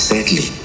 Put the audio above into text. Sadly